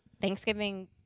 Thanksgiving